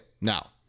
now